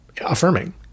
affirming